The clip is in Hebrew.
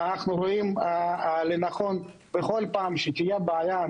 אנחנו רואים לנכון להתערב בכל פעם שתהיה בעיה.